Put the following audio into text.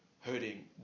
hurting